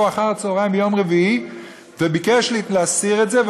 אחר-הצהריים ביום רביעי וביקש להסיר את זה.